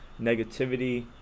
negativity